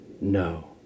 No